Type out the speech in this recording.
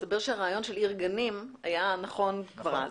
מסתבר שהרעיון של עיר גנים היה נכון כבר אז.